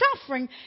suffering